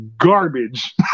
Garbage